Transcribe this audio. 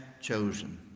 chosen